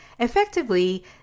Effectively